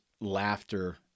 laughter